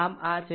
આમ આ છે